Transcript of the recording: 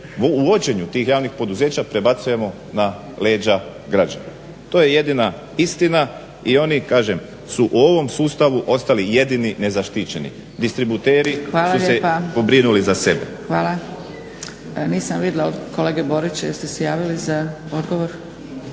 u vođenju tih javnih poduzeća prebacujemo na leđa građanima. To je jedina istina. I oni kažem su u ovom sustavu ostali jedini nezaštićeni. Distributeri su se pobrinuli za sebe. **Zgrebec, Dragica (SDP)** Hvala. Nisam vidjela od kolege Borića jeste se javili za odgovor?